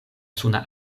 suna